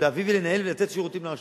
להביא ולנהל ולתת שירותים לרשויות,